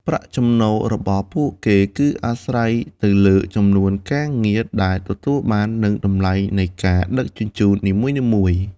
ប្រាក់ចំណូលរបស់ពួកគេ គឺអាស្រ័យទៅលើចំនួនការងារដែលទទួលបាន និងតម្លៃនៃការដឹកជញ្ជូននីមួយៗ។